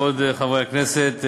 כבוד חברי הכנסת,